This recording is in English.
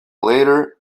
later